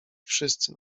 wszyscy